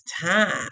time